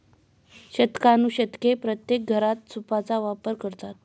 शतकानुशतके प्रत्येक घरात सूपचा वापर करतात